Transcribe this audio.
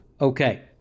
Okay